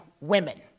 women